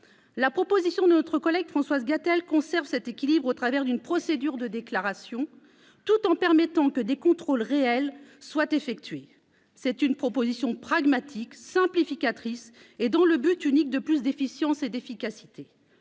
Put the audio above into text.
La proposition de loi de notre collègue Françoise Gatel conserve cet équilibre, au travers d'une procédure de déclaration, tout en permettant que des contrôles réels soient effectués. C'est une proposition de loi pragmatique, simplificatrice, dont le but unique est de garantir davantage d'efficience et d'efficacité.